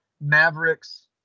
Mavericks